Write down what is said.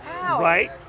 Right